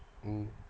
mm